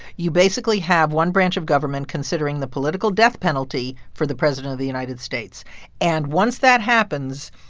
you basically have one branch of government considering the political death penalty for the president of the united states and once that happens,